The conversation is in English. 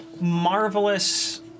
marvelous